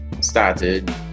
Started